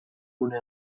une